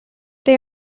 they